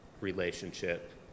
relationship